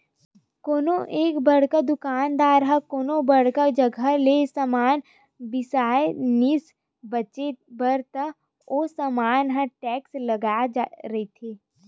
कोनो एक बड़का दुकानदार ह कोनो बड़का जघा ले समान बिसा लिस बेंचे बर त ओ समान म टेक्स लगे रहिथे